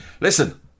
Listen